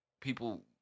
people